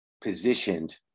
positioned